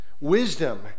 wisdom